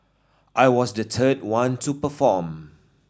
I was the third one to perform